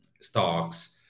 stocks